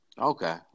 Okay